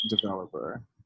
developer